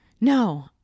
No